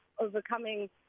overcoming